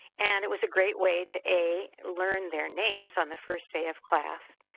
and it was a great way to a learn their names on the first day of class,